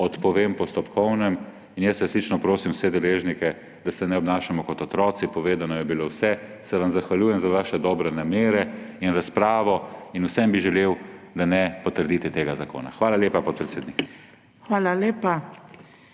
odpovem postopkovnemu predlogu. In jaz resnično prosim vse deležnike, da se ne obnašamo kot otroci, povedano je bilo vse. Se vam zahvaljujem za vaše dobre namere in razpravo in vsem bi želel, da ne potrdite tega zakona. Hvala lepa, podpredsednik.